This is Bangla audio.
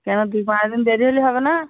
কেন দু পাঁচ দিন দেরি হলে হবে না